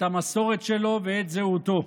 את המסורת שלו ואת זהותו.